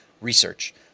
research